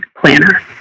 planner